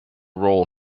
role